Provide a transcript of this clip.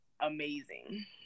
amazing